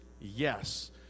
Yes